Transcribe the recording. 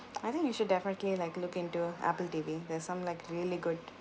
I think you should definitely like look into apple T_V there's some like really good